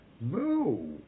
No